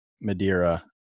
Madeira